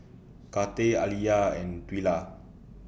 Karter Aliyah and Twila